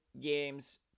games